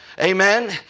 amen